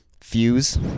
Fuse